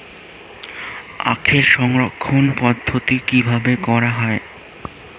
আখের সংরক্ষণ পদ্ধতি কিভাবে করা হয়?